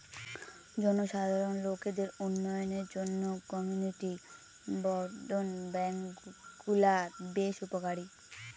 জনসাধারণ লোকদের উন্নয়নের জন্য কমিউনিটি বর্ধন ব্যাঙ্কগুলা বেশ উপকারী